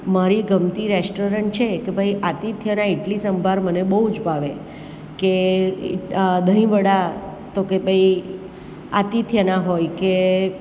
મારી ગમતી રેસ્ટોરન્ટ છે કે ભાઈ આતિથ્યના ઇડલી સંભાર મને બહુ જ ભાવે કે દહીંવડા તો કે ભાઈ આતિથ્યના હોય કે